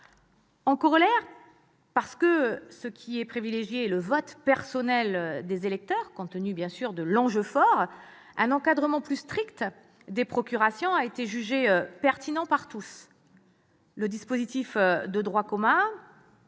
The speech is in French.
En corollaire, parce que ce qui est privilégié est le vote personnel des électeurs, compte tenu de l'enjeu, un encadrement plus strict des procurations a été jugé pertinent par tous. Le dispositif de droit commun